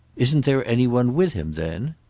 isn't there any one with him then?